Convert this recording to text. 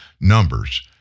numbers